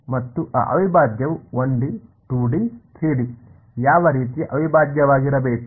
ಮತ್ತು ಆ ಅವಿಭಾಜ್ಯವು 1 ಡಿ 2 ಡಿ 3 ಡಿ ಯಾವ ರೀತಿಯ ಅವಿಭಾಜ್ಯವಾಗಿರಬೇಕು